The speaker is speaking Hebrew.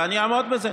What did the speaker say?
ואני אעמוד בזה.